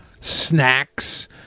Snacks